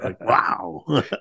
Wow